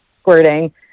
squirting